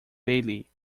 bailey